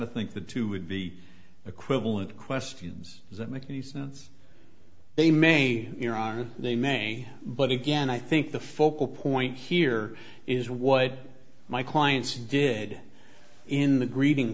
of think the two would be equivalent questions does it make any sense they may in iran they may but again i think the focal point here is what my clients did in the greeting